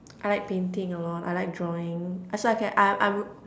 I like painting a lot I like drawing actual~ I can I I would